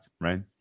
right